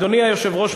אדוני היושב-ראש,